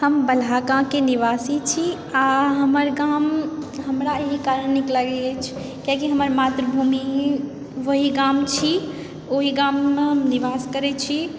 हम बलहाकाके निवासी छी आ हमर गाम हमरा एहि कारण नीक लागै अछि किआकि हमर मातृभूमि वहीं गाम छी ओहिगाममे हम निवास करैत छी